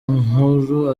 nkuru